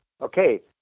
Okay